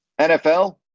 NFL –